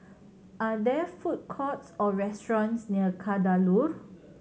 are there food courts or restaurants near Kadaloor